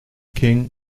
king